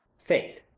faith,